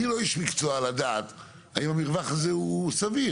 אני לא איש מקצוע לדעת האם המרווח הזה הוא סביר?